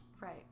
right